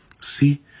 see